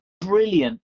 brilliant